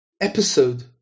episode